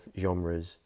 genres